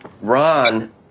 Ron